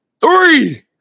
three